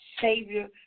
Savior